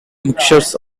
mixtures